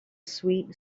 sweet